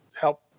help